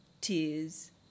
tears